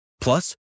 Plus